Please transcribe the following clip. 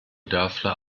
dörfler